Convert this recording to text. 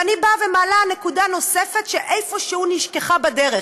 ואני מעלה נקודה נוספת שאיפשהו נשכחה בדרך,